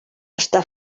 està